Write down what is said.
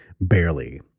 barely